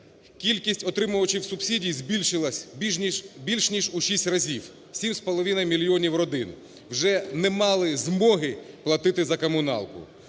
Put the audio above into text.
кількість отримувачів субсидій збільшилась більш ніж у шість разів. Сім з половиною мільйонів родин вже не мали змоги платити за комуналку.